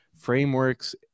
frameworks